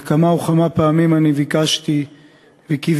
כמה וכמה פעמים אני ביקשתי וקיוויתי,